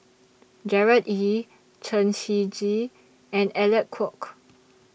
Gerard Ee Chen Shiji and Alec Kuok